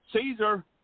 Caesar